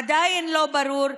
עדיין לא ברור,